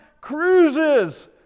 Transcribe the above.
cruises